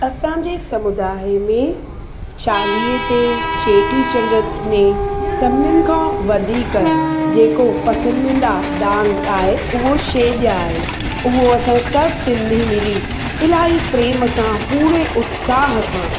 असांजे समूदाय में चालीहे ते चेटीचंड्र ने सभिनीनि खां वधीक जेको पसंदीदा डांस आहे उहो छेॼ आहे उहो असां सभु सिंधी मिली इलाही प्रेम सां पूरे उत्साहु सां